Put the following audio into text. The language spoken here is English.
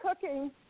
cooking